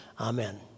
Amen